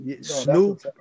Snoop